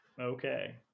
Okay